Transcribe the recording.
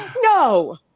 No